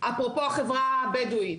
אפרופו החברה הבדואית.